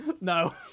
No